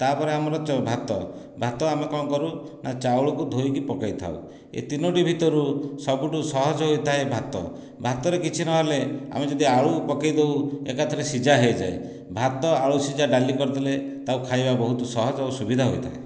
ତାପରେ ଆମର ଭାତ ଭାତ ଆମେ କଣ କରୁ ନା ଚାଉଳ କୁ ଧୋଇକି ପକାଇଥାଉ ଏଇ ତିନୋଟି ଭିତରୁ ସବୁଠୁ ସହଜ ହୋଇଥାଏ ଭାତ ଭାତରେ କିଛି ନହେଲେ ଆମେ ଯଦି ଆଳୁ ପକାଇଦେଉ ଏକା ଥରେ ସିଝା ହେଇଯାଏ ଭାତ ଆଳୁ ସିଝା ଡାଲି କରିଦେଲେ ତାକୁ ଖାଇବା ବହୁତ ସହଜ ଆଉ ସୁବିଧା ହୋଇଥାଏ